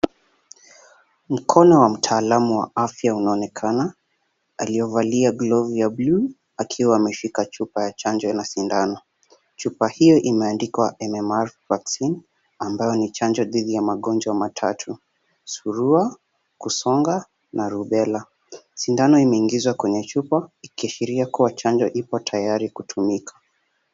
Mkono wa mtaalamu wa afya unaonekana alliyovalia glovu ya bluu akiwa ameshika chupa ya chanjo na sindano. Chupa hiyo imeandikwa M-M-R Vaccine ambayo ni chanjo dhidhi ya magonjwa matatu; surua, kusonga na rubella. Sindano imeingizwa kwenye chupa ikiashiria kuwa chonjo ipo tayari kutumika.